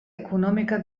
econòmica